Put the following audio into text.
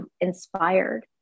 inspired